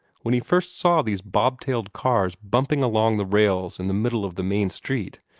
when he first saw these bobtailed cars bumping along the rails in the middle of the main street,